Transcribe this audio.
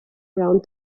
around